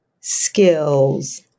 skills